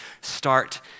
start